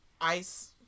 ice